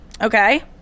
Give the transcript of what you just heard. Okay